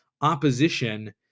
Opposition